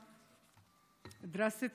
עלייה דרסטית